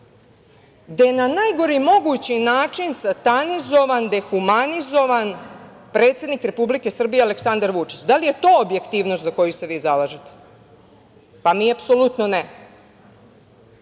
gde je na najgori mogući način satanizovan, dehumanizovan predsednik Republike Srbije Aleksandar Vučić. Da li je to objektivnost za koju se vi zalažete? Pa, mi apsolutno ne.